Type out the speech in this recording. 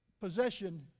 possession